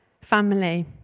family